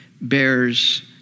bears